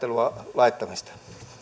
laittamista